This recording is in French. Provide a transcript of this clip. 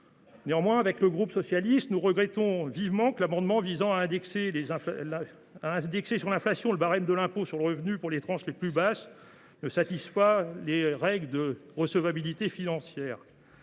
celles de 2024. Le groupe socialiste regrette vivement que l’amendement visant à indexer sur l’inflation le barème de l’impôt sur le revenu pour les tranches les plus basses ne satisfasse pas les règles de recevabilité financière.